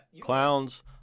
Clowns